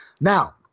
Now